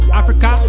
africa